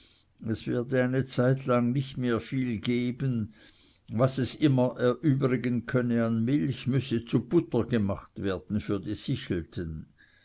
es werde eine zeitlang nicht mehr viel geben was es immer erübrigen könne an milch müsse zu butter gemacht werden für die sichelten